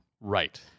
Right